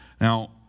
Now